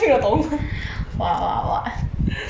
!wah! !wah! !wah!